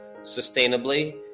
sustainably